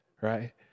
right